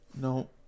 No